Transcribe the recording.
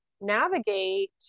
navigate